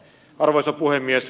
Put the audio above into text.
arvoisa puhemies